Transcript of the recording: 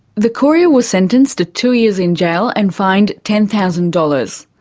the courier was sentenced to two years in jail and fined ten thousand dollars.